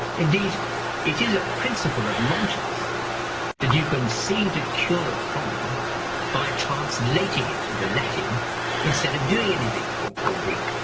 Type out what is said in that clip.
indeed it is a principle of nonscience that you can seem to cure a problem by translating it into latin instead of doing anything, or or greek.